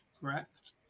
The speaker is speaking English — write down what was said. Correct